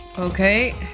Okay